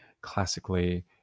classically